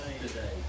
today